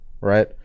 right